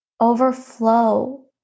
Overflow